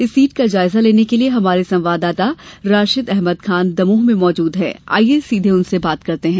इस सीट का जायजा लेने के लिये हमारे संवाददाता राशिद अहमद खान दमोह में मौजूद हैं आईये सीधे उनसे बात करते हैं